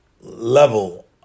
level